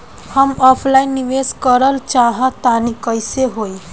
हम ऑफलाइन निवेस करलऽ चाह तनि कइसे होई?